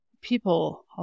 people